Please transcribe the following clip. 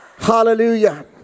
Hallelujah